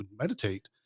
meditate